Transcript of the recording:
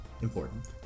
Important